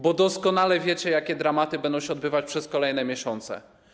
Bo doskonale wiecie, jakie dramaty będą się odbywać przez kolejne miesiące.